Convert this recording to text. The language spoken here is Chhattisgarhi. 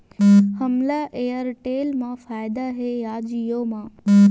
हमला एयरटेल मा फ़ायदा हे या जिओ मा?